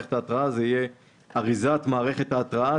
מערכת ההתרעה הוא יהיה על אריזת מערכת ההתרעה.